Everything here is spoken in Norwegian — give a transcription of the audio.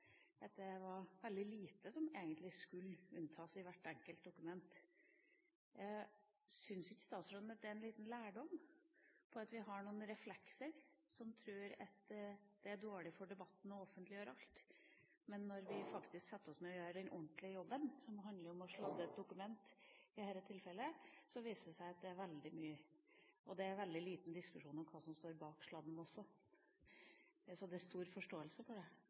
at det var veldig lite som egentlig skulle unntas i hvert enkelt dokument. Syns ikke statsråden at det er en liten lærdom at vi har noen reflekser om at det er dårlig for debatten å offentliggjøre alt, men når vi setter oss ned og gjør den ordentlige jobben, som handler om å sladde et dokument i dette tilfellet, viser det seg at det er veldig liten diskusjon om hva som står bak sladden også – det er stor forståelse for det.